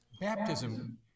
Baptism